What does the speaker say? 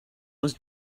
was